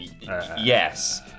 Yes